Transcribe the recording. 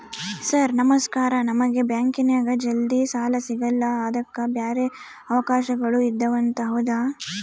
Sir ನಮಸ್ಕಾರ ನಮಗೆ ಬ್ಯಾಂಕಿನ್ಯಾಗ ಜಲ್ದಿ ಸಾಲ ಸಿಗಲ್ಲ ಅದಕ್ಕ ಬ್ಯಾರೆ ಅವಕಾಶಗಳು ಇದವಂತ ಹೌದಾ?